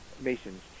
masons